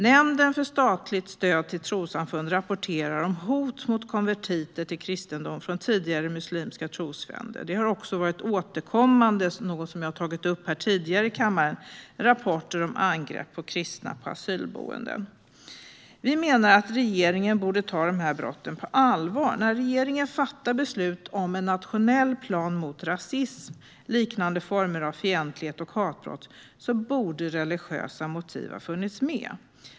Nämnden för statligt stöd till trossamfund rapporterar om hot mot konvertiter till kristendom från tidigare muslimska trosfränder. Det har också varit återkommande - det är något som jag har tagit upp tidigare i kammaren - rapporter om angrepp på kristna på asylboenden. Vi menar att regeringen borde ta dessa brott på allvar. När regeringen fattade beslut om en nationell plan mot rasism, liknande former av fientlighet och hatbrott borde religiösa motiv ha funnits med.